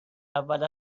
اول